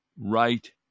right